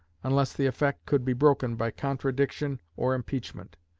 unless the effect could be broken by contradiction or impeachment.